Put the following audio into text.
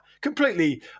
completely